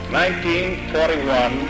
1941